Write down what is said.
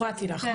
הפרעתי לך,